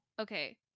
Okay